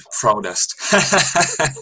proudest